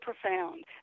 profound